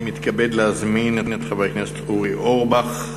אני מתכבד להזמין את חבר הכנסת אורי אורבך,